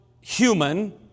human